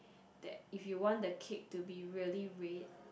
that if you want the cake to be really red